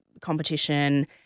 competition